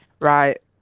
right